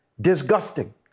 disgusting